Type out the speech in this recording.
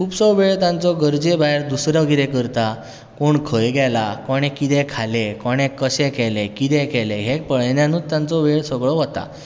खुबसो वेळ तांचो गरजे भायर दुसरो कितें करतां कोण खंय गेला कोणें कितें खालें कोणें कशें केलें कितें केलें हें पळल्यानूच वेळ तांचो सगळो वता